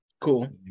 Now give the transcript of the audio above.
cool